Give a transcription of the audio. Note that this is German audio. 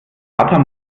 fata